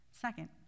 Second